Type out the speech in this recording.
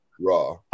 Raw